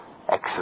Excellent